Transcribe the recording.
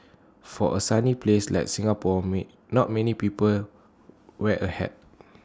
for A sunny place like Singapore not many people wear A hat